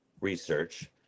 Research